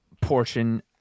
portion